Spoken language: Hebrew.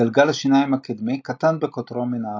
גלגל השיניים הקדמי קטן בקוטרו מן האחורי.